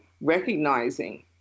recognizing